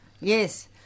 Yes